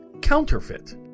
counterfeit